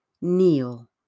kneel